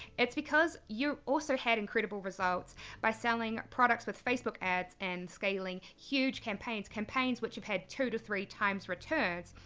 it's because you also had incredible results by selling products with facebook ads and scaling huge campaigns, campaigns which have had two to three times returns.